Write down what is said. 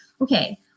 okay